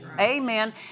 Amen